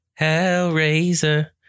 hellraiser